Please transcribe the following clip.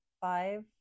five